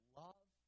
love